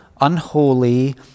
unholy